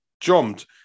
jumped